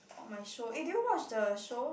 or my show eh did you watch the show